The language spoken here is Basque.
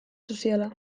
soziala